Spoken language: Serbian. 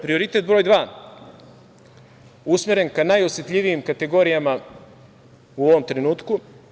Prioritet broj dva, usmeren ka najosetljivijim kategorijama u ovom trenutku.